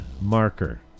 marker